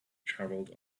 traveled